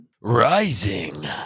Rising